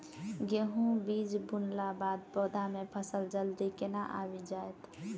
गेंहूँ बीज बुनला बाद पौधा मे फसल जल्दी केना आबि जाइत?